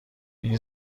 این